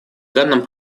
данном